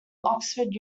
oxford